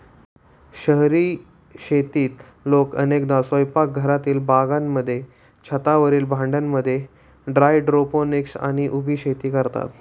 शहरी शेतीत लोक अनेकदा स्वयंपाकघरातील बागांमध्ये, छतावरील भांड्यांमध्ये हायड्रोपोनिक्स आणि उभी शेती करतात